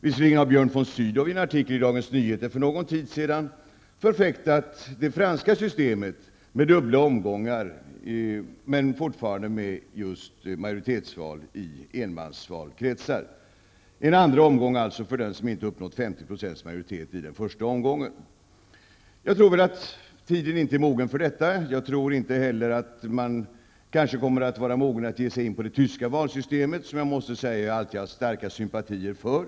Visserligen har Björn von Sydow i en artikel i Dagens Nyheter för någon tid sedan förfäktat det franska systemet med dubbla omgångar, men fortfarande med just majoritetsval i enmansvalkretsar. Där har man en andra omgång för den som inte uppnått 50 % i första omgången. Jag tror inte tiden är mogen för detta. Inte heller tror jag att man kommer att vara mogen för att ge sig in på t.ex. det tyska valsystemet, som jag måste säga att jag har starka sympatier för.